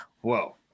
Whoa